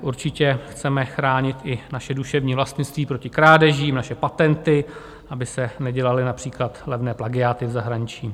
Určitě chceme chránit i naše duševní vlastnictví proti krádežím, naše patenty, aby se nedělaly například levné plagiáty v zahraničí.